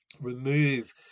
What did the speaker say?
Remove